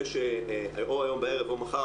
או מחר,